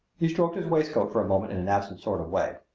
he stroked his waistcoat for a moment in an absent sort of way.